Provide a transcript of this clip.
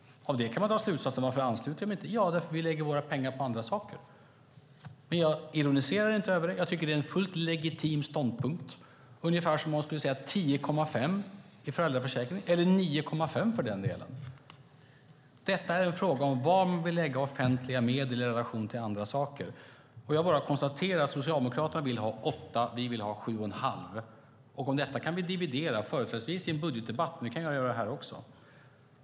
Av det kan man fråga varför jag inte ansluter mig. Jo, därför att vi lägger våra pengar på andra saker. Men jag ironiserar inte över det. Jag tycker att det är en fullt legitim ståndpunkt, ungefär som man skulle säga 10 1⁄2 beträffande föräldraförsäkringen eller för den delen 9 1⁄2. Detta är en fråga om var man vill lägga offentliga medel i relation till andra saker. Jag bara konstaterar att Socialdemokraterna vill ha 8 och att vi vill ha 7 1⁄2. Om detta kan vi dividera, företrädesvis i en budgetdebatt, men vi kan göra det också här.